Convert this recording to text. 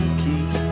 key